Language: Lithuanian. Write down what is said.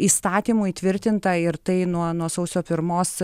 įstatymu įtvirtinta ir tai nuo nuo sausio pirmos